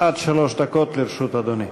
עד שלוש דקות לרשות אדוני.